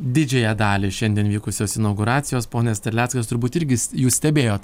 didžiąją dalį šiandien vykusios inauguracijos ponas terleckas turbūt irgi jūs stebėjot